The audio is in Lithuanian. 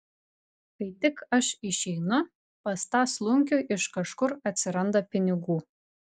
kai tik aš išeinu pas tą slunkių iš kažkur atsiranda pinigų